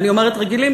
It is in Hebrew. ואני אומרת רגילים,